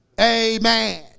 Amen